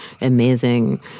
amazing